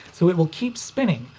so it will keep spinning,